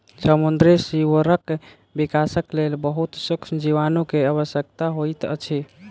समुद्री सीवरक विकासक लेल बहुत सुक्ष्म जीवाणु के आवश्यकता होइत अछि